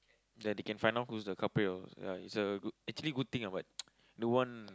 then they can find out who's the culprit or ya it's a good actually good thing ah but don't want